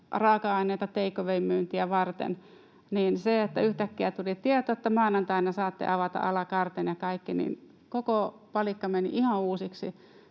raaka-aineita take away ‑myyntiä varten. Kun yhtäkkiä tuli tieto, että maanantaina saatte avata à la carten ja kaikki, niin koko palikka meni ihan uusiksi.